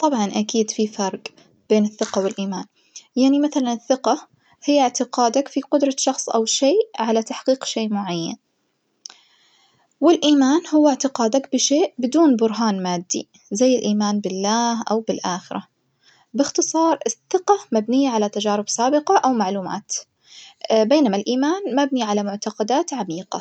طبعًا أكيد في فرج بين الثقة والإيمان، يعني مثلًا الثقة هي إعتقادك في قدرة شخص أو شي على تحقيق شي معين، والإيمان هو إعتقادك بشيء بدون برهان مادي زي الإيمان بالله أو بالآخرة، بإختصار الثقة مبنية على تجارب سابقة أو معلومات بينما الإيمان مبني على معتقدات عميقة.